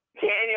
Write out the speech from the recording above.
Daniel